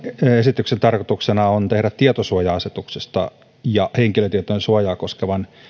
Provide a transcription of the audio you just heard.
esityksen tarkoituksena on tehdä tietosuoja asetuksesta ja henkilötietojen suojaa koskevan